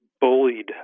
bullied